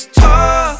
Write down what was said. talk